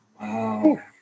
Wow